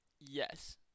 Yes